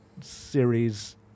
series